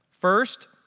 First